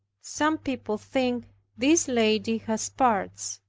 some people think this lady has parts,